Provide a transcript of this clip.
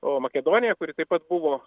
o makedonija kuri taip pat buvo